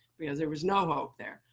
because there was no um hope there.